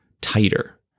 tighter